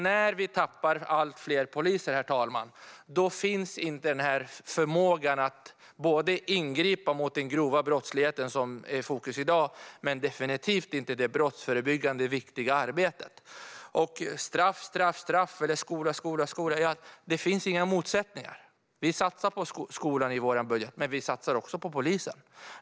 När vi tappar allt fler poliser finns inte förmågan att både ingripa mot den grova brottsligheten, som är i fokus i dag, och bedriva det viktiga brottsförebyggande arbetet. Straff eller skola - det finns inga motsättningar. Vi satsar på skolan i vår budget men också på polisen.